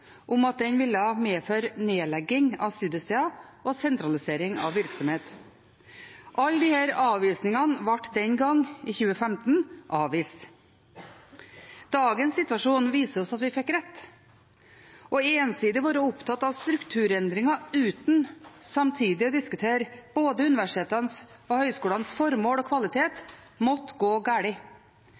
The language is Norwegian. om at den ville medføre nedlegging av studiesteder og sentralisering av virksomhet. Alle disse advarslene ble den gang, i 2015, avvist. Dagens situasjon viser oss at vi fikk rett. Ensidig å være opptatt av strukturendringer uten samtidig å diskutere både universitetenes og høyskolenes formål og kvalitet måtte gå